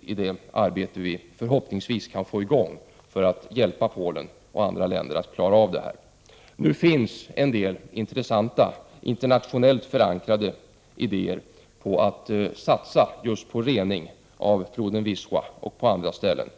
i det arbete som vi förhoppningsvis kan få i gång för att hjälpa Polen och andra länder att klara av detta. Nu finns det en del intressanta, internationellt förankrade, idéer på att satsa just på rening av floden Wisla och på andra ställen.